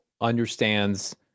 understands